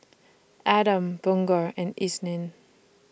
Adam Bunga and Isnin